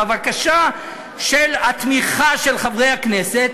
בבקשה של התמיכה של חברי הכנסת,